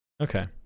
Okay